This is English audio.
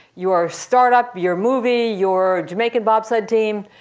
your startup, your movie, your jamaican bobsled team,